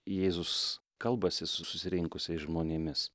jėzus kalbasi su susirinkusiais žmonėmis